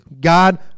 God